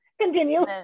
continue